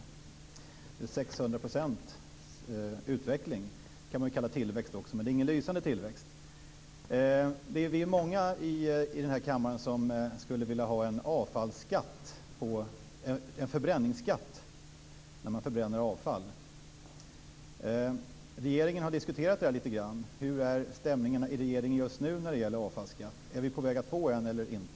Det är en ökning med 600 %. Det kan man också kalla tillväxt, men det är inte någon lysande tillväxt. Vi är många i denna kammare som skulle vilja ha en förbränningsskatt när man förbränner avfall. Regeringen har diskuterat det lite grann. Hur är stämningarna i regeringen just nu när det gäller avfallsskatt? Är vi på väg att få en eller inte?